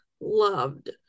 loved